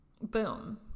Boom